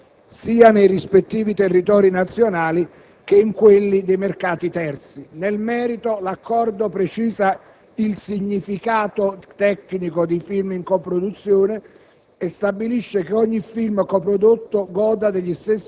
ed essere competitive dal punto di vista commerciale sia nei rispettivi territori nazionali che in quelli dei mercati terzi. Nel merito, l'accordo precisa il significato tecnico dei film in coproduzione